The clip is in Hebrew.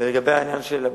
ולגבי העניין של אבו-בסמה,